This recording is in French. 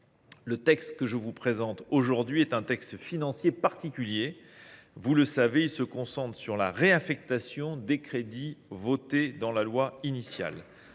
de loi que je vous présente aujourd’hui est un texte financier particulier. Vous le savez, il se concentre sur la réaffectation des crédits fixés dans la loi de